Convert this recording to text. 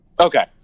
Okay